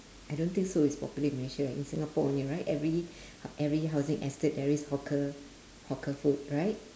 I don't think so it's popular in malaysia in singapore only right every every housing estate there is hawker hawker food right